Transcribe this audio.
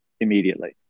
immediately